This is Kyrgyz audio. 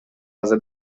каза